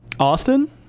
Austin